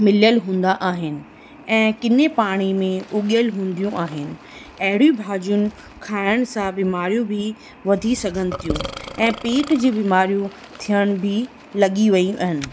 मिलियलु हूंदा आहिनि ऐं किने पाणी में उॻियलु हूंदियूं आहिनि अहिड़ियूं भाॼियुनि खाइण सां बीमारियूं बि वधी सघनि थियूं ऐं पीट जी बीमारियूं थियण बि लॻी वियूं आहिनि